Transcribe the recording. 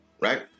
right